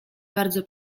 bardzo